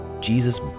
Jesus